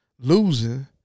losing